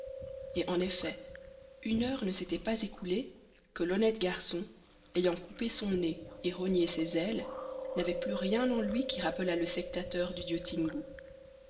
et en effet une heure ne s'était pas écoulée que l'honnête garçon ayant coupé son nez et rogné ses ailes n'avait plus rien en lui qui rappelât le sectateur du